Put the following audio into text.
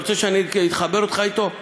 אתה רוצה שאני אחבר אותך אתו?